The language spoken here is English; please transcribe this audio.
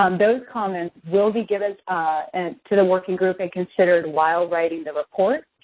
um those comments will be given and to the working group and considered while writing the report.